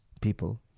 people